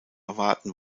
erwarten